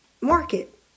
market